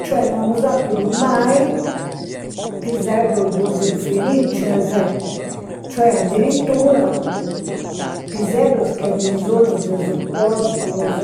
Cioè no amus appidu mai piseddos gosi infelizes, cioè addirittura piseddos chi an bisonzu de supportos